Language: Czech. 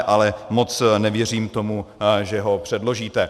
Ale moc nevěřím tomu, že ho předložíte.